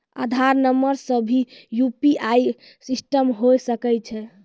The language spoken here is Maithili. आधार नंबर से भी यु.पी.आई सिस्टम होय सकैय छै?